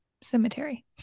cemetery